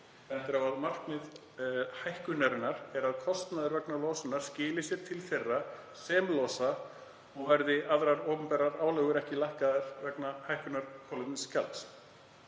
Bent er á að markmið hækkunarinnar er að kostnaður vegna losunar skili sér til þeirra sem losa og því verði aðrar opinberar álögur ekki lækkaðar vegna hækkunar kolefnisgjalds.